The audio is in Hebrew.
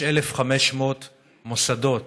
יש 1,500 מוסדות,